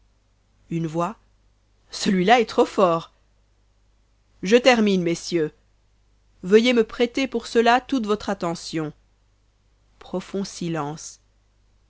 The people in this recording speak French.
une voix celui-là est trop fort je termine messieurs veuillez me prêter pour cela toute votre attention